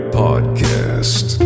podcast